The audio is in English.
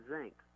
zinc